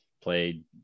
played